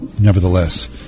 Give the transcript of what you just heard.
nevertheless